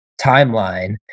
timeline